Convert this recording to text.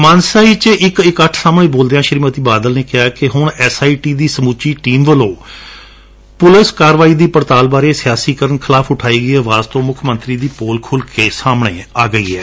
ਮਾਨਸਾ ਵਿਚ ਇਕ ਇਕੱਠ ਸਾਹਮਣੇ ਬੋਲਦਿਆਂ ਸ੍ਰੀਮਤੀ ਬਾਦਲ ਨੇ ਕਿਹਾ ਕਿ ਹੁਣ ਐਸ ਆਈ ਟੀ ਦੀ ਸਮੁਚੀ ਟੀਮ ਵੱਲੋਂ ਪੁਲਿਸ ਕਾਰਵਾਈ ਦੀ ਪੜਤਾਲ ਬਾਰੇ ਸਿਅਸੀਕਰਨ ਖਿਲਾਫ਼ ਉਠਾਈ ਗਈ ਅਵਾਜ਼ ਤੋਂ ਮੁੱਖ ਮੰਤਰੀ ਦੀ ਪੋਲ ਖੁਲ੍ਜ ਕੇ ਸਾਹਣੇ ਆ ਗਈ ਏ